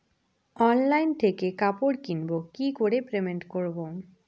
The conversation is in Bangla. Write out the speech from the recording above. অনলাইন থেকে কাপড় কিনবো কি করে পেমেন্ট করবো?